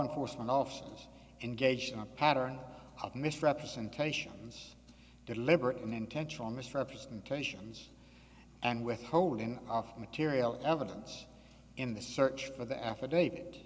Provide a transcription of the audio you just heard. enforcement officers engaged in a pattern of misrepresentations deliberate intentional miss representations and withholding of material evidence in the search for the affidavit